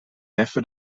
neffe